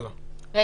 הוא